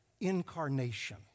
incarnation